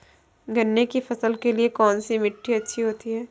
गन्ने की फसल के लिए कौनसी मिट्टी अच्छी होती है?